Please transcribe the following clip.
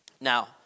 now